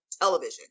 television